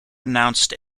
announced